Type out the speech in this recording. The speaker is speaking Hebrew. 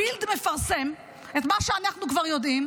ה"בילד" מפרסם את מה שאנחנו כבר יודעים,